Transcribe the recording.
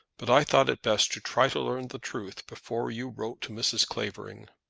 but i thought it best to try to learn the truth before you wrote to mrs. clavering.